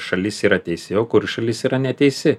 šalis yra teisi o kuri šalis yra neteisi